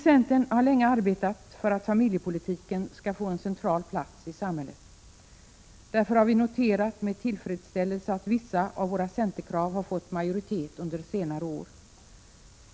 Centern har länge arbetat för att familjepolitiken skall få en central plats i samhället. Därför har vi noterat med tillfredsställelse att vissa av våra krav har fått majoritet under senare år.